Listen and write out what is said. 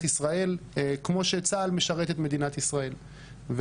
ישראל כמו שצה"ל משרת את מדינת ישראל.